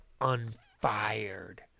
unfired